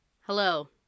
Hello